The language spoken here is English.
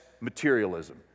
materialism